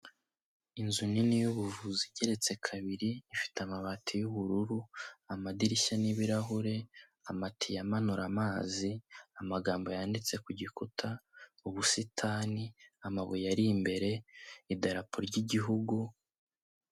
Inzu nini y'ubuvuzi igeretse kabiri, ifite amabati y'ubururu amadirishya n'ibirahure, amatiyo amanura amazi, amagambo yanditse ku gikuta, ubusitani, amabuye ari imbere, idarapo ry'Igihugu...